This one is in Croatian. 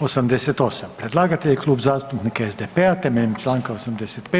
88 Predlagatelj je Klub zastupnika SDP-a temeljem Članka 85.